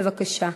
בבקשה.